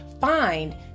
find